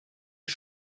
ist